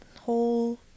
whole